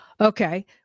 Okay